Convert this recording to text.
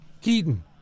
Keaton